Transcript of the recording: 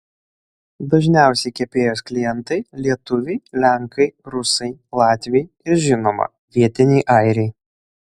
dažniausi kepėjos klientai lietuviai lenkai rusai latviai ir žinoma vietiniai airiai